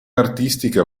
artistica